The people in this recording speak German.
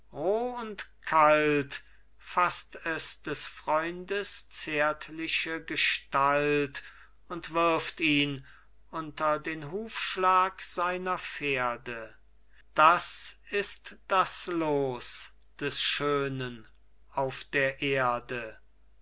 und kalt faßt es des freundes zärtliche gestalt und wirft ihn unter den hufschlag seiner pferde das ist das los des schönen auf der erde